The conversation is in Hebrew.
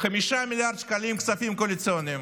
5 מיליארד שקלים כספים קואליציוניים